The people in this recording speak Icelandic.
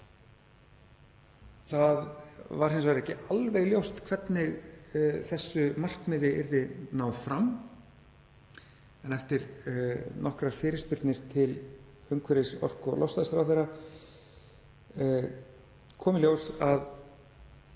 Það var hins vegar ekki alveg ljóst hvernig þessu markmiði yrði náð en eftir nokkrar fyrirspurnir til umhverfis-, orku- og loftslagsráðherra kom í ljós að